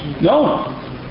No